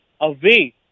away